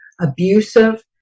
abusive